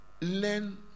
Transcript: Learn